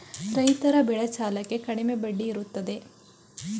ರೈತರ ಬೆಳೆ ಸಾಲಕ್ಕೆ ಕಡಿಮೆ ಬಡ್ಡಿ ಇರುತ್ತದೆ